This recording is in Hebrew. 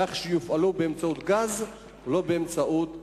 כך שיופעלו באמצעות גז ולא באמצעות פחם?